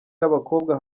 y’abakobwa